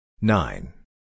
Nine